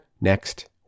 next